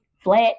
flat